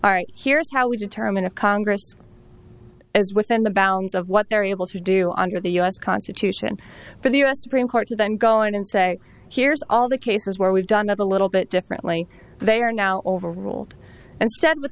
our here's how we determine if congress is within the bounds of what they're able to do under the u s constitution but the u s supreme court to then go in and say here's all the cases where we've done a little bit differently they are now over ruled and said what